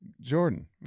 Jordan